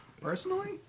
personally